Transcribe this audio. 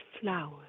flowers